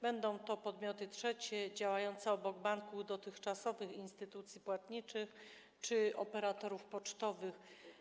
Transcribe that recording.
Będą to podmioty trzecie działające obok banków, dotychczasowych instytucji płatniczych czy operatorów pocztowych.